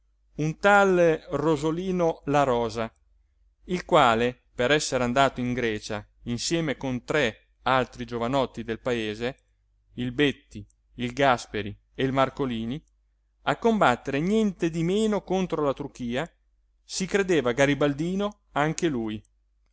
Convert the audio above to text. un tal rosolino la rosa il quale per essere andato in grecia insieme con tre altri giovanotti del paese il betti il gàsperi e il marcolini a combattere nientemeno contro la turchia si credeva garibaldino anche lui